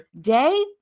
day